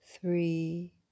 three